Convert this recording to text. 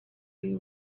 you